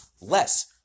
less